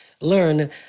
learn